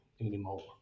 anymore